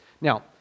Now